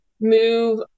move